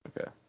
Okay